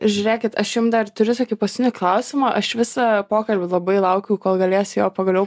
žiūrėkit aš jum dar turiu tokį paskutinį klausimą aš visą pokalbį labai laukiau kol galės jo pagaliau